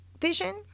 vision